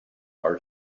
our